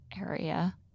area